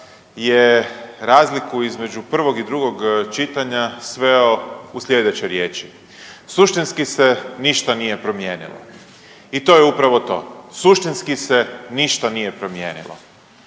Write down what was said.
je razliku između prvog i drugog čitanja sveo u slijedeće riječi. Suštinski se ništa nije promijenilo i to je upravo to, suštinski se ništa nije promijenilo.